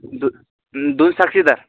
दु दोन साक्षीदार